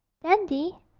dandy,